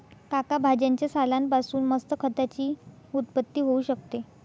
काका भाज्यांच्या सालान पासून मस्त खताची उत्पत्ती होऊ शकते